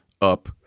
up